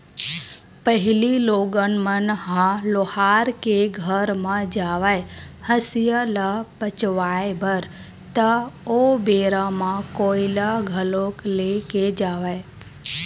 पहिली लोगन मन ह लोहार के घर म जावय हँसिया ल पचवाए बर ता ओ बेरा म कोइला घलोक ले के जावय